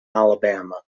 alabama